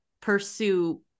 pursue